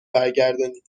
برگردانید